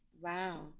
Wow